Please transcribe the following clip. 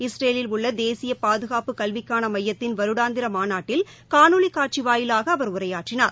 இஸ்ரேலில் உள்ள தேசிய பாதுகாப்பு கல்விக்கான மையத்தின் வருடாந்திர மாநாட்டில் காணொலி காட்சிவாயிலாக அவர் உரையாற்றினார்